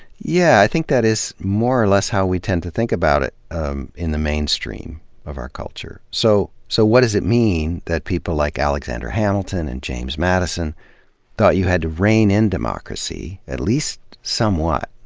yeah, i think that is more or less how we tend to think about it um in the mainstream of our culture. so so what does it mean that people like alexander hamilton and james madison thought you had to rein in democracy, at least somewhat,